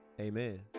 Amen